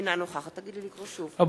אינה נוכחת רבותי,